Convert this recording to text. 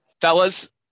fellas